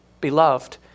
beloved